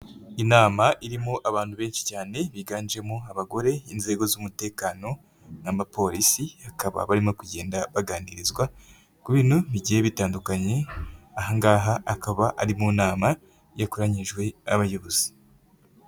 Inama irimo abantu benshi cyane, biganjemo abagore inzego z'umutekano n'abapolisi, bakaba barimo kugenda baganirizwa ku bintu bigiye bitandukanye, aha ngaha akaba ari mu nama yakoranyijwe n'abayobozi.